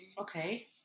Okay